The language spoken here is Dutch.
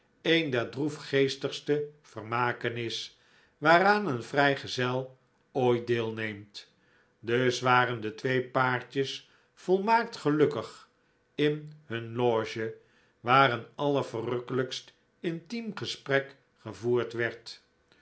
een der droefgeestigste vermaken is waaraan een vrijgezel ooit deelneemt dus waren de twee paartjes volmaakt gelukkig in hun loge waar een allerverrukkelijkst intiem gesprek gevoerd werd